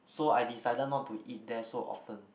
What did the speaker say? so I decided not to eat there so often